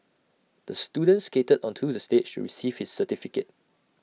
the student skated onto the stage receive his certificate